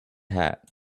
hat